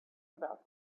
about